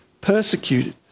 persecuted